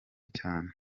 cyane